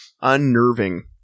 Unnerving